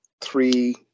three